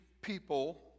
people